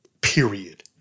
Period